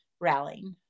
rallying